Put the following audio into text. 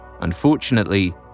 Unfortunately